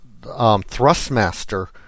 Thrustmaster